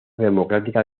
democrática